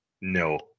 no